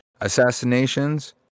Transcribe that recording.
Assassinations